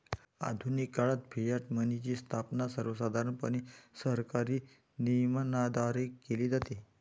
आधुनिक काळात फियाट मनीची स्थापना सर्वसाधारणपणे सरकारी नियमनाद्वारे केली जाते